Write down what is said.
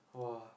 !wah!